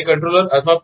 controller અથવા પી